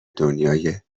دنیای